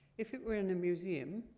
if it were in a museum,